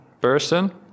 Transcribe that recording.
person